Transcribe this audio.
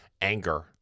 anger